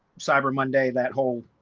cyber monday, that whole,